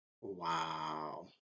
Wow